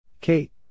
Kate